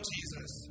Jesus